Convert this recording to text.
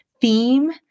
theme